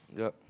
yup